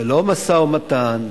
ללא משא-ומתן,